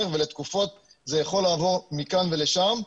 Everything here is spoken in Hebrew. ולתקופות זה יכול לעבור מכאן ולשם,